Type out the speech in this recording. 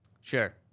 Sure